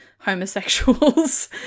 homosexuals